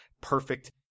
perfect